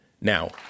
Now